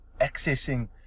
accessing